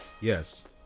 Yes